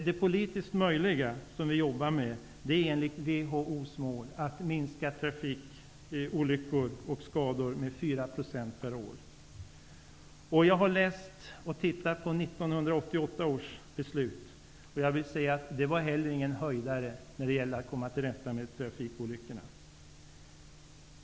Det politiskt möjliga, som vi arbetar med, är enligt WHO:s att minska antalet trafikolyckor och skador med 4 % Jag har tagit del av 1988 års beslut. Det var inte heller någon höjdare när det gäller att komma till rätta med trafikolyckorna.